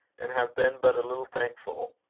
and have been but a little thankful,